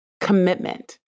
commitment